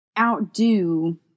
outdo